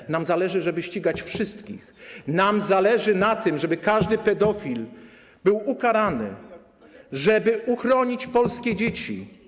Nie, nam zależy na tym, żeby ścigać wszystkich, nam zależy na tym, żeby każdy pedofil był ukarany, żeby uchronić polskie dzieci.